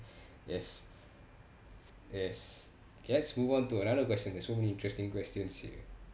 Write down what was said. yes yes okat let's move on to another question there's so many interesting questions here